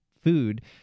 food